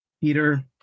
Peter